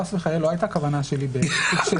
שחס וחלילה לא הייתה כוונה שלי ------ לא,